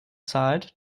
zahlt